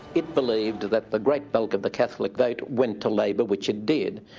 it believed that the great bulk of the catholic vote went to labor, which it did,